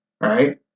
Right